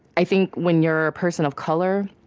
i think, when you're a person of color,